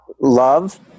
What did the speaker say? Love